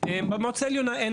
במועצה העליונה ביו"ש אין